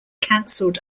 cancelled